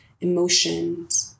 emotions